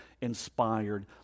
inspired